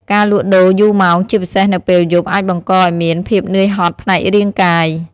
ការលក់ដូរយូរម៉ោង ជាពិសេសនៅពេលយប់ អាចបង្កឱ្យមានភាពនឿយហត់ផ្នែករាងកាយ។